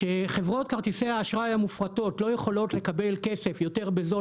כשחברות כרטיסי האשראי המופרטות לא יכולות לקבל כסף יותר בזול